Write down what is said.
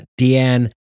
Deanne